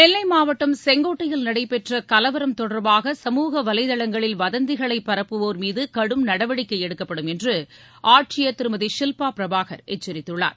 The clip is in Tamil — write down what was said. நெல்லைமாவட்டம் செங்கோட்டையில் நடைபெற்றகலவரம் தொடர்பாக சமூக வலைதளங்களில் வதந்திகளைபரப்புவோர் மீதுகடும் நடவடிக்கைஎடுக்கப்படும் என்றுஆட்சியர் திருமதி ஷில்பாபிரபாகர் எச்சரித்துள்ளார்